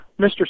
Mr